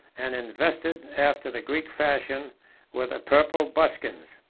and invested after the greek fashion with the purple buskins.